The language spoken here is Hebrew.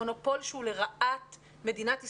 מונופול שהוא לרעת מדינת ישראל,